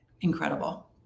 incredible